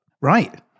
right